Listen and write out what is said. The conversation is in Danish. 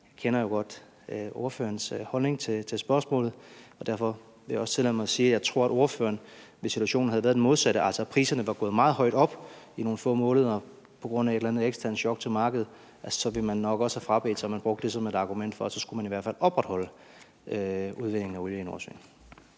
godt kender ordførerens holdning til spørgsmålet. Derfor vil jeg også tillade mig at sige, at jeg tror, at ordføreren, hvis situationen havde været den modsatte, altså at priserne var gået meget højt op i nogle få måneder på grund af et eller andet eksternt chok til markedet, nok også ville have frabedt sig, at man brugte det som et argument for i hvert fald at opretholde udvindingen af olie i